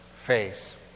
face